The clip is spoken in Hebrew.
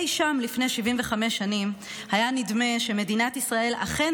אי שם לפני 75 שנים היה נדמה שמדינת ישראל אכן